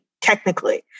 technically